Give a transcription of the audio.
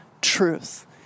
truth